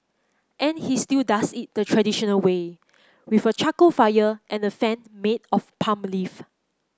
and he still does it the traditional way with a charcoal fire and a fan made of palm leaf